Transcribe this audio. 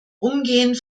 umgehend